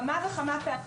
כמה וכמה פעמים,